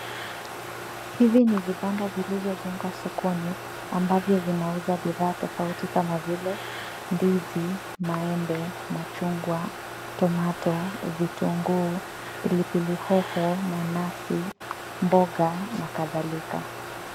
Hivi ni vibanda vilivyojengwa sokoni, ambavyo vinauza bidhaa tofauti, kama vile ndizi, maembe, machungwa, tomato, vitunguu, pilipili hoho, nanasi, mboga, na kadhalika.